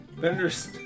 Bender's